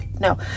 no